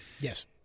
Yes